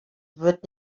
wird